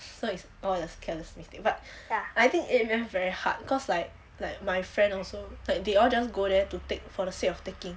so it's all your careless mistake but I think A math very hard cause like like my friend also that they all just go there to take for the sake of taking